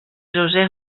josé